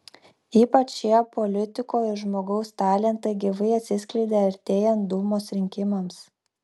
ypač šie politiko ir žmogaus talentai gyvai atsiskleidė artėjant dūmos rinkimams